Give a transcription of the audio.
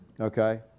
Okay